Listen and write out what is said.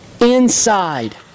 inside